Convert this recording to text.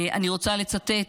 אני רוצה לצטט